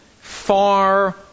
far